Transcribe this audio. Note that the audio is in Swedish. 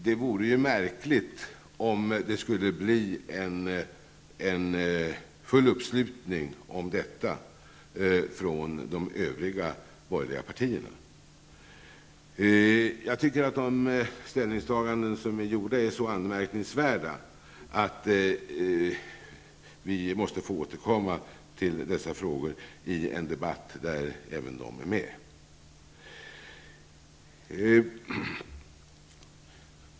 Det vore märkligt om det skulle bli full uppslutning kring detta från de övriga borgerliga partierna. Jag tycker att de ställningstaganden som har gjorts är så anmärkningsvärda att vi måste få återkomma till dessa frågor i en debatt där även de är med.